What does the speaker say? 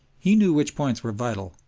he knew which points were vital,